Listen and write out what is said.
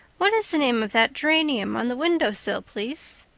what is the name of that geranium on the window-sill, please?